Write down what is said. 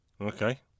okay